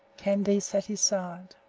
candace at his side.